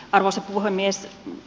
arvoisa puhemies